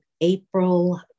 April